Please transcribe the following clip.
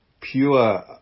pure